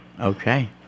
Okay